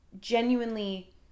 genuinely